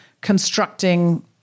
constructing